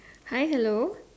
hi hello